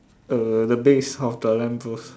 err the base of the lamp post